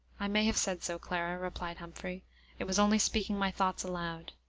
i may have said so, clara, replied humphrey it was only speaking my thoughts aloud.